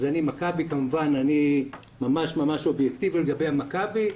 אני כמובן מכבי ואני ממש אובייקטיבי לגבי מכבי,